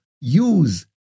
use